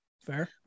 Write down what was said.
Fair